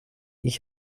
ich